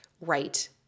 right